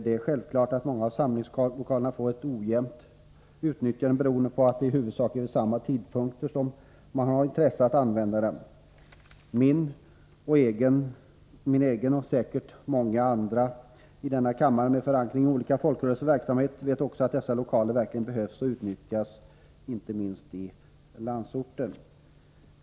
Det är självklart att åtskilliga samlingslokaler har ett ojämnt utnyttjande, beroende på att många huvudsakligen har intresse av att använda dem vid samma tidpunkt. Jag och säkert många andra i denna kammare med förankring i folkrörelseverksamhet vet att dessa lokaler verkligen behövs och utnyttjas, inte minst i landsorten.